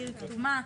עיר כתומה,